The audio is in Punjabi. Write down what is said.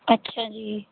ਅੱਛਾ ਜੀ